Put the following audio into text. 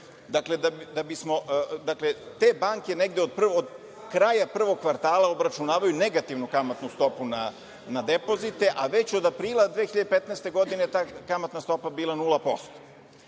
Dakle, te banke negde od kraja prvog kvartala obračunavaju negativnu kamatnu stopu na depozite, a već od aprila 2015. godine ta kamatna stopa je bila